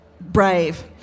brave